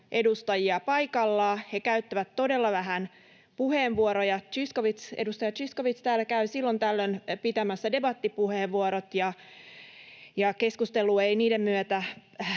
edustajia paikalla, he käyttävät todella vähän puheenvuoroja — edustaja Zyskowicz täällä käy silloin tällöin pitämässä debattipuheenvuorot. Keskustelu ei niiden myötä